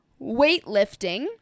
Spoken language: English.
weightlifting